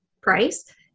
price